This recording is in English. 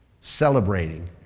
celebrating